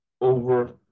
over